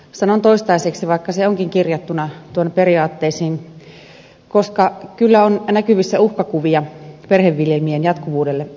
sanon toistaiseksi vaikka se onkin kirjattuna tuonne periaatteisiin koska kyllä on näkyvissä uhkakuvia perheviljelmien jatkuvuudelle